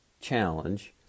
challenge